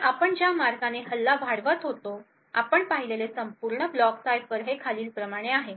तर आपण ज्या मार्गाने हल्ला वाढवत होतो आपण पाहिलेले संपूर्ण ब्लॉक सायफर हे खालीलप्रमाणे आहे